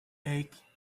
eight